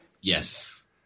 Yes